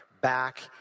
back